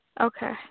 Okay